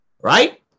right